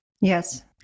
Yes